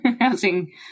Housing